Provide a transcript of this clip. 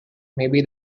maybe